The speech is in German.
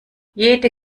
jede